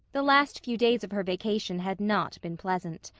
the last few days of her vacation had not been pleasant.